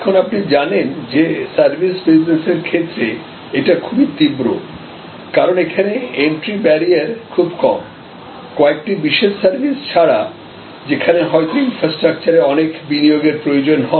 এখন আপনি জানেন যে সার্ভিস বিজনেসের ক্ষেত্রে এটা খুবই তীব্র কারণ এখানে এন্ট্রি ব্যারিয়ার খুব কমকয়েকটি বিশেষ সার্ভিস ছাড়া যেখানে হয়তো ইনফ্রাস্ট্রাকচারে অনেক বিনিয়োগের প্রয়োজন হয়